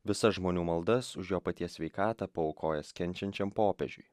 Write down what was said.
visas žmonių maldas už jo paties sveikatą paaukojęs kenčiančiam popiežiui